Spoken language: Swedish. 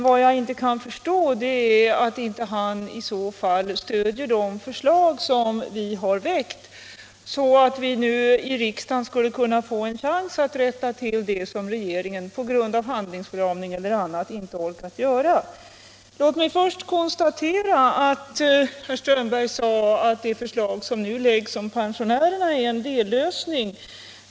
Vad jag inte kan förstå är att han då inte kan stödja de förslag som vi har lagt fram, så att vi i riksdagen får en chans att rätta till det som regeringen "” på grund av handlingsförlamning eller annat inte orkat göra. Låt mig först konstatera att herr Strömberg sade, att det förslag avseende pensionärerna som nu läggs fram är en dellösning.